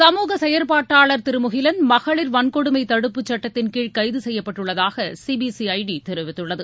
சமூக செயல்பாட்டாளர் திரு முகிலன் மகளிர் வன்கொடுமை தடுப்பு சட்டத்தின் கீழ் கைது செய்யப்பட்டுள்ளதாக சிபிசிஐடி தெரிவித்துள்ளது